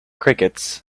crickets